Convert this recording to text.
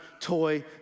toy